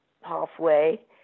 halfway